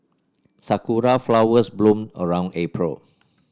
sakura flowers bloom around April